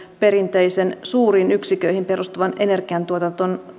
perinteisen suuriin yksiköihin perustuvan energiantuotannon